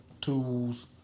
tools